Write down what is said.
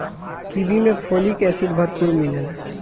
kiwi में folic acid भरपूर मिलेला